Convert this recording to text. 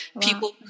people